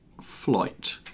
flight